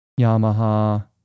Yamaha